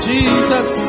Jesus